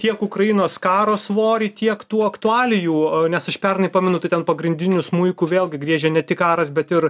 tiek ukrainos karo svorį tiek tų aktualijų nes aš pernai pamenu tai ten pagrindiniu smuiku vėlgi griežė ne tik karas bet ir